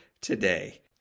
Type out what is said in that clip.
today